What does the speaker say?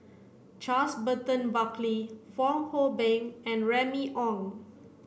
Charles Burton Buckley Fong Hoe Beng and Remy Ong